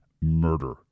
murder